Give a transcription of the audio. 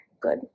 good